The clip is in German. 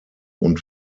und